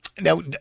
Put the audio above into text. Now